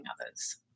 others